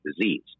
disease